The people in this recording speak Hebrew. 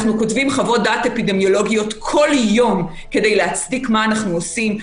אנחנו כותבים חוות דעת אפידמיולוגיות כל יום כדי להצדיק מה אנחנו עושים,